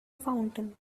fountain